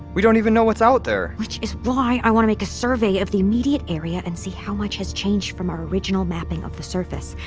we don't even know what's out there which is why i want to make a survey of the immediate area and see how much has changed from our original mapping of the surface.